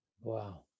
wow